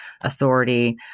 authority